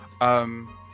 um-